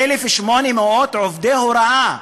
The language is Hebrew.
1,800 עובדי הוראה.